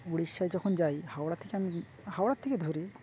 উড়িষ্যায় যখন যাই হাওড়া থেকে আমি হাওড়ার থেকে ধরি